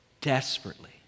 desperately